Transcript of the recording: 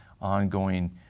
ongoing